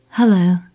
Hello